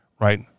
right